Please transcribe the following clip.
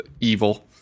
evil